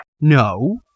No